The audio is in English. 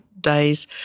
days